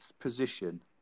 position